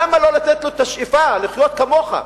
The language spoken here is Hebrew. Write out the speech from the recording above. למה לא לתת לו את השאיפה לחיות כמוך?